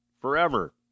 forever